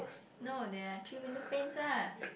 no there are three window paints lah